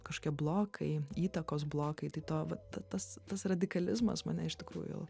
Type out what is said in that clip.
kažkokie blokai įtakos blokai tai to vat tas tas radikalizmas mane iš tikrųjų